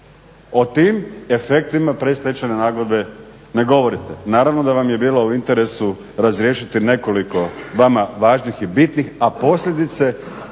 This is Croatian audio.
O tim efektima predstečajne nagodbe ne govorite. Naravno da vam je bilo u interesu razriješiti nekoliko vama važnih i bitnih, a posljedice